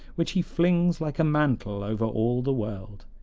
which he flings like a mantle over all the world.